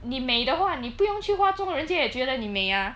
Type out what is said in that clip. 你美的话你不用去化妆人家也觉得你美 ah